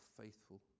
faithful